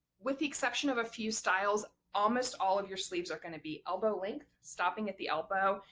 with the exception of a few styles almost all of your sleeves are going to be elbow length, stopping at the elbow,